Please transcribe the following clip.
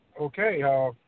Okay